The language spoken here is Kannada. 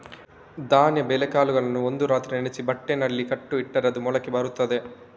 ಧಾನ್ಯ ಬೇಳೆಕಾಳುಗಳನ್ನ ಒಂದು ರಾತ್ರಿ ನೆನೆಸಿ ಬಟ್ಟೆನಲ್ಲಿ ಕಟ್ಟಿ ಇಟ್ರೆ ಅದು ಮೊಳಕೆ ಬರ್ತದೆ